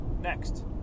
Next